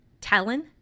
Talon